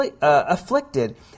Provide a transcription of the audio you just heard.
afflicted